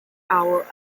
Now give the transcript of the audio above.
hour